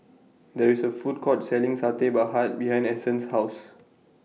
There IS A Food Court Selling Satay behind Ason's House